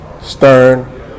Stern